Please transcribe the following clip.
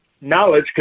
knowledge